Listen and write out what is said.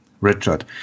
Richard